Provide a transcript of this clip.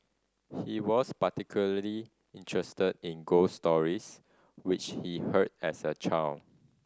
he was particularly interested in ghost stories which he heard as a child